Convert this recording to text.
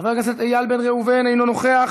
חבר הכנסת איל בן ראובן, אינו נוכח.